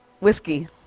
Whiskey